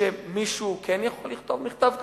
שמישהו כן יכול לכתוב מכתב כזה?